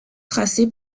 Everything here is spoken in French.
tracée